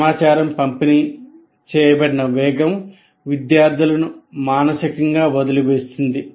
సమాచారం పంపిణీ చేయబడిన వేగం విద్యార్థులను మానసికంగా వదిలివేస్తుంది